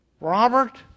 Robert